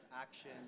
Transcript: action